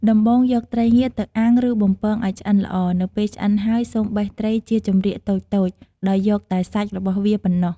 ដំបូង យកត្រីងៀតទៅអាំង ឬបំពងឲ្យឆ្អិនល្អ នៅពេលឆ្អិនហើយ សូមបេះត្រីជាចម្រៀកតូចៗ ដោយយកតែសាច់របស់វាប៉ុណ្ណោះ។